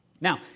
Now